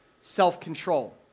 self-control